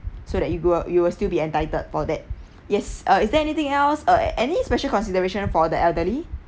so that you will you will still be entitled for that yes uh is there anything else err any special consideration for the elderly